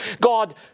God